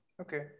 Okay